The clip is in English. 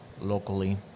locally